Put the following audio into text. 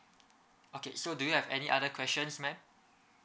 okay so do you have any other questions ma'am